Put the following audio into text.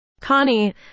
Connie